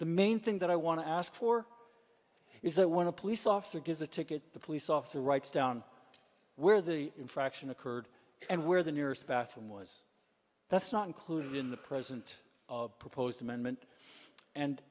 the main thing that i want to ask for is that when a police officer gives a ticket the police officer writes down where the infraction occurred and where the nearest bathroom was that's not included in the present proposed amendment and